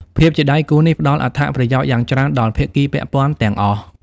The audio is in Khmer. ភាពជាដៃគូនេះផ្តល់អត្ថប្រយោជន៍យ៉ាងច្រើនដល់ភាគីពាក់ព័ន្ធទាំងអស់។